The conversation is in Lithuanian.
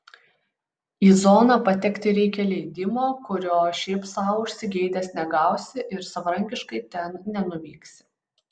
į zoną patekti reikia leidimo kurio šiaip sau užsigeidęs negausi ir savarankiškai ten nenuvyksi